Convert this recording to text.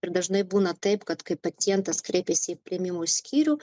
ir dažnai būna taip kad kai pacientas kreipiasi į priėmimo skyrių